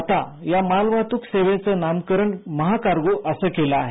आता या मालवाहतुक सेवेचं नामकरण महाकार्गो असं केलं आहे